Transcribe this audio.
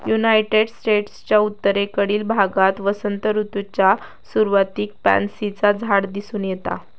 United स्टेट्सच्या उत्तरेकडील भागात वसंत ऋतूच्या सुरुवातीक पॅन्सीचा झाड दिसून येता